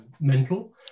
mental